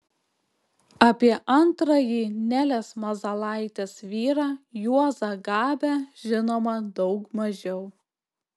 apie antrąjį nelės mazalaitės vyrą juozą gabę žinoma daug mažiau